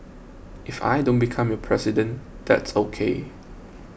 if I don't become your president that's okay